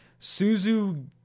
Suzu